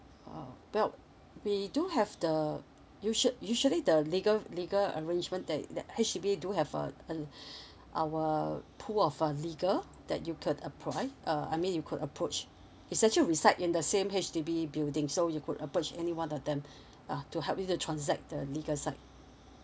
uh well we do have the usual usually the legal legal arrangement that that H_D_B do have uh uh our pull of a legal that you could apply uh I mean you could approach it's actually reside in the same H_D_B building so you could approach anyone of them uh to help you to transact the legal side